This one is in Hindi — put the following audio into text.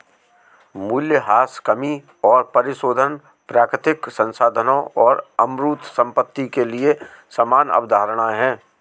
मूल्यह्रास कमी और परिशोधन प्राकृतिक संसाधनों और अमूर्त संपत्ति के लिए समान अवधारणाएं हैं